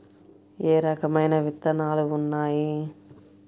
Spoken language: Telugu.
ఏ రకమైన విత్తనాలు ఉన్నాయి?